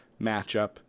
matchup